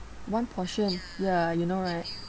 one portion ya you know right